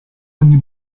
ogni